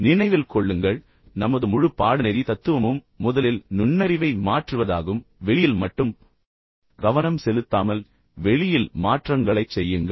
நினைவில் கொள்ளுங்கள் நமது முழு பாடநெறி தத்துவமும் முதலில் நுண்ணறிவை மாற்றுவதாகும் பின்னர் வெளியில் மட்டும் கவனம் செலுத்தாமல் வெளியில் மாற்றங்களைச் செய்யுங்கள்